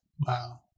Wow